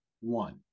one